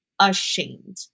ashamed